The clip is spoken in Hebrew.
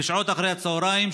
בשעות אחרי הצוהריים,